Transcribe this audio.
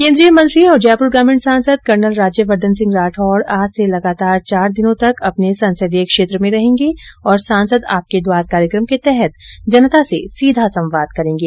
केन्द्रीय मंत्री और जयपुर ग्रामीण सांसद कर्नल राज्यवर्द्वन सिंह राठौड़ आज से लगातार चार दिनों तक अपने संसदीय क्षेत्र में रहेंगे और सांसद आपके द्वार कार्यक्रम के तहत जनता से सीधा संवाद करेंगे